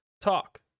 talk